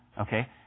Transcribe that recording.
Okay